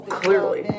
clearly